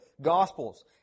Gospels